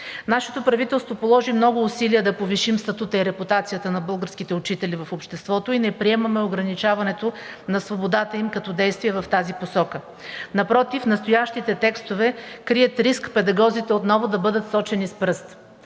Нашето правителство положи много усилия да повишим статута и репутацията на българските учители в обществото и не приемаме ограничаването на свободата им като действие в тази посока. Напротив, настоящите текстове крият риск педагозите отново да бъдат сочени с пръст.